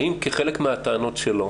האם כחלק מהטענות שלו